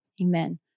amen